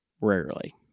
rarely